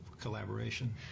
collaboration